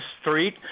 street